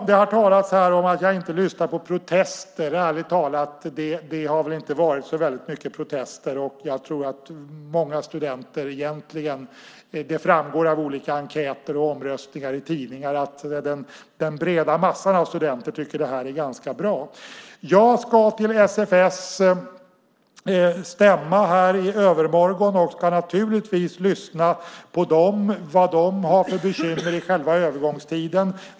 Det har talats här om att jag inte lyssnar på protester. Ärligt talat har det väl inte varit så mycket protester. Jag tror att många studenter - det framgår av olika enkäter och omröstningar i tidningar - tycker att det här är bra. Jag ska till SFS stämma i övermorgon, och jag ska naturligtvis lyssna på vilka bekymmer de har i övergångstiden.